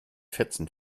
fetzen